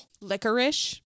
licorice